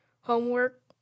Homework